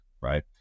Right